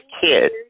kid